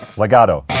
legato